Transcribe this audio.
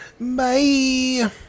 Bye